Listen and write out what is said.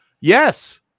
Yes